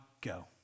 go